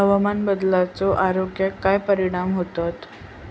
हवामान बदलाचो आरोग्याक काय परिणाम होतत?